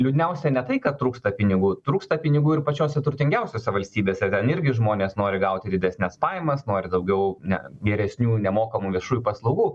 liūdniausia ne tai kad trūksta pinigų trūksta pinigų ir pačiose turtingiausiose valstybėse ten irgi žmonės nori gauti didesnes pajamas nori daugiau ne geresnių nemokamų viešųjų paslaugų